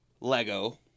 Lego